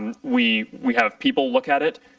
we we have people look at it.